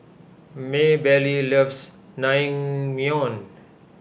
Maebelle loves Naengmyeon